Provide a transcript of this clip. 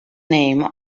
name